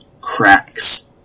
cracks